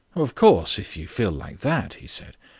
of course if you feel like that, he said,